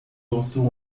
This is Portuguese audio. outro